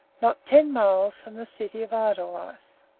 not ten miles from the city of edelweiss.